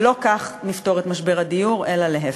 ולא כך נפתור את משבר הדיור אלא להפך.